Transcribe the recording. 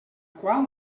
qual